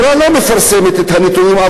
חבר הכנסת חסון, אתה מיצית את כל קריאות הביניים.